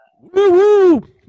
Woo-hoo